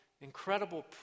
incredible